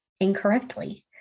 incorrectly